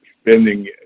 spending